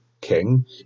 King